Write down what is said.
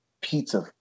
pizza